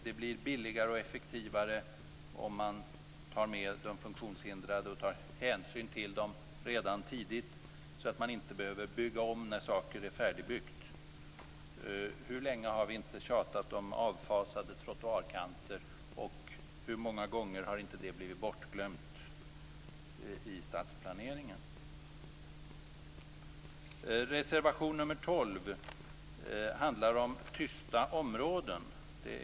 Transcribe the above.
Det blir billigare och effektivare att redan tidigt ta med de funktionshindrade och ta hänsyn till dem så att man inte behöver bygga om när saker är färdigbyggda. Hur länge har vi inte tjatat om avfasade trottoarkanter, och hur många gånger har inte det blivit bortglömt i stadsplaneringen? Reservation nr 12 handlar om tysta områden.